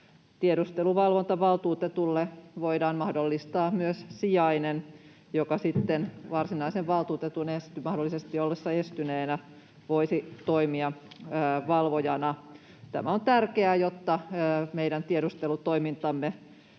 tiedusteluvalvontavaltuutetulle voidaan mahdollistaa myös sijainen, joka sitten varsinaisen valtuutetun mahdollisesti ollessa estyneenä voisi toimia valvojana. Tämä on tärkeää, jotta meidän tiedustelutoimintamme